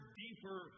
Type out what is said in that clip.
deeper